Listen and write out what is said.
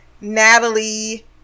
Natalie